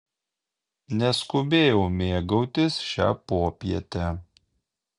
neskubėjau mėgautis šia popiete